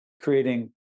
Creating